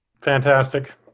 Fantastic